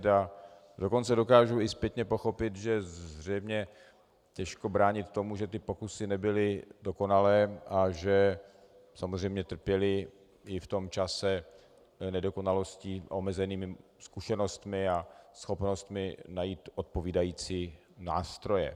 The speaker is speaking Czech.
A dokonce dokážu i zpětně pochopit, že zřejmě těžko bránit tomu, že ty pokusy nebyly dokonalé a že samozřejmě trpěly i v tom čase nedokonalostí, omezenými zkušenostmi a schopnostmi najít odpovídající nástroje.